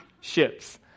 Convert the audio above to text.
ships